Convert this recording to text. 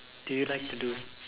do you like to do